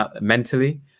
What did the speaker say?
mentally